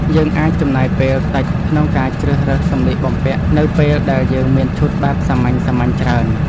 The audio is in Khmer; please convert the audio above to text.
យើងអាចចំណាយពេលតិចក្នុងការជ្រើសរើសសម្លៀកបំពាក់នៅពេលដែលយើងមានឈុតបែបសាមញ្ញៗច្រើន។